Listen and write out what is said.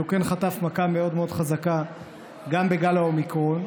הוא חטף מכה מאוד חזקה גם בגל האומיקרון.